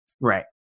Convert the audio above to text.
right